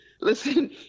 Listen